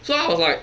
so I was like